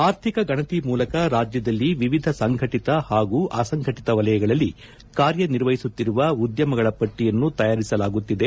ಆರ್ಥಿಕ ಗಣತಿ ಮೂಲಕ ರಾಜ್ಯದಲ್ಲಿ ವಿವಿಧ ಸಂಘಟಿತ ಹಾಗೂ ಅಸಂಘಟಿತ ವಲಯಗಳಲ್ಲಿ ಕಾರ್ಯ ನಿರ್ವಹಿಸುತ್ತಿರುವ ಉದ್ದಮಗಳ ಪಟ್ಟಿಯನ್ನು ತಯಾರಿಸಲಾಗುತ್ತಿದೆ